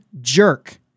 jerk